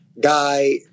guy